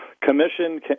commission